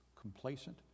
complacent